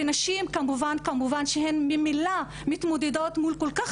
ונשים כמובן שהן ממילא מתמודדות מול כל כך